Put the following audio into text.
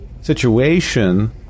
situation